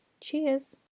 Cheers